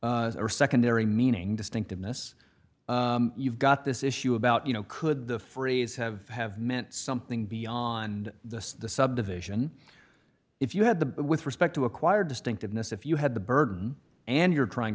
or secondary meaning distinctiveness you've got this issue about you know could the phrase have have meant something beyond the subdivision if you had to but with respect to acquire distinctiveness if you had the burden and you're trying